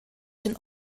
den